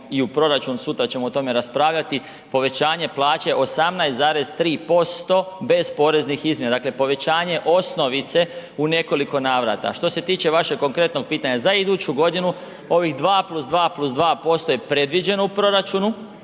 i u proračun sutra ćemo o tome raspravljati, povećanje plaća 18,3% bez poreznih izmjena, dakle povećanje osnovice u nekoliko navrata, a što se tiče vašeg konkretnog pitanja za iduću godinu, ovih 2+2+2% je predviđeno u proračunu